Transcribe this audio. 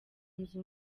nzu